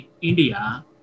India